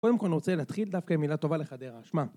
קודם כל אני רוצה להתחיל דווקא עם מילה טובה לחדר האשמה